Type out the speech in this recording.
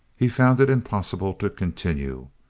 he found it impossible to continue.